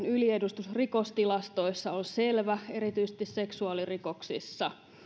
yliedustus rikostilastoissa on selvä erityisesti seksuaalirikoksissa